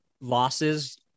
losses